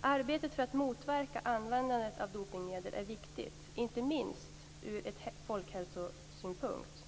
Arbetet för att motverka användandet av dopningsmedel är viktigt inte minst ur folkhälsosynpunkt.